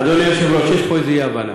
אדוני היושב-ראש, יש פה איזה אי-הבנה.